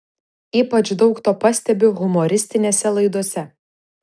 ypač daug to pastebiu humoristinėse laidose